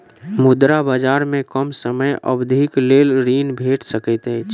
मुद्रा बजार में कम समय अवधिक लेल ऋण भेट सकैत अछि